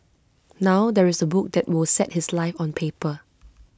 now there is A book that will set his life on paper